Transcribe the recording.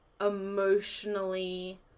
emotionally